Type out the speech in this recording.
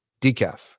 Decaf